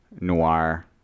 noir